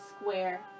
square